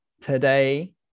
today